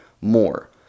more